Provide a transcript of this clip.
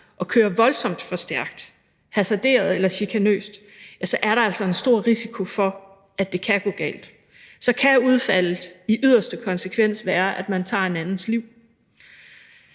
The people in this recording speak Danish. og kører voldsomt for stærkt – hasarderet eller chikanøst – så er der altså en stor risiko for, at det kan gå galt. Udfaldet kan i yderste konsekvens være, at man tager en andens liv.